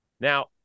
Now